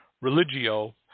religio